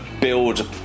build